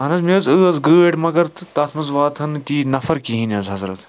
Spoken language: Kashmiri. اَہَن حظ مےٚ حظ ٲس گٲڑ مگر تَتھ منٛز واتہٕ ہن نہٕ تیٖتۍ نَفَر کِہیٖنۍ حظ حضرَت